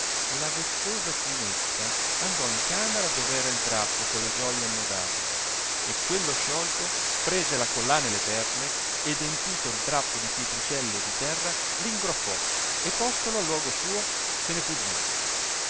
la vezzosa finetta andò in camera dov era il drappo con le gioie annodato e quello sciolto prese la collana e le perle ed empito il drappo di pietricelle e di terra r ingroppò e postolo al luogo suo se ne fuggì